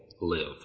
live